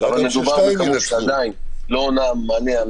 אבל מדובר בכמות שעדיין לא נותנת מענה.